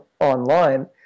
online